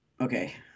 okay